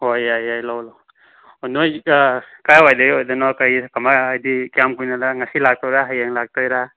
ꯑꯣ ꯌꯥꯏ ꯌꯥꯏ ꯂꯧ ꯂꯧ ꯑꯣ ꯅꯣꯏ ꯀꯥꯏꯋꯥꯏꯗꯩ ꯑꯣꯏꯗꯣꯏꯅꯣ ꯀꯔꯤ ꯀꯃꯥꯏ ꯍꯥꯏꯗꯤ ꯀꯌꯥꯝ ꯀꯨꯏꯅ ꯉꯁꯤ ꯂꯥꯛꯇꯣꯏꯔꯥ ꯍꯌꯦꯡ ꯂꯥꯛꯇꯣꯏꯔꯥ